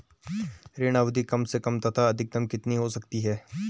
ऋण अवधि कम से कम तथा अधिकतम कितनी हो सकती है?